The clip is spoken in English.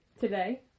Today